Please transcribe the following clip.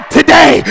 today